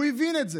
הוא הבין את זה.